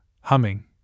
humming